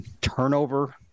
turnover